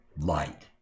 light